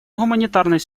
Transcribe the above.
гуманитарной